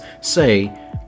say